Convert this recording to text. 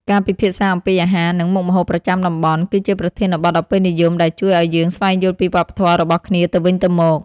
ការពិភាក្សាអំពីអាហារ និងមុខម្ហូបប្រចាំតំបន់ គឺជាប្រធានបទដ៏ពេញនិយមដែលជួយឱ្យយើងស្វែងយល់ពីវប្បធម៌របស់គ្នាទៅវិញទៅមក។